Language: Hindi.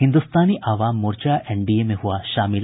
हिन्दुस्तानी आवाम मोर्चा एनडीए में हुआ शामिल